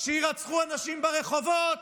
שיירצחו אנשים ברחובות,